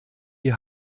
die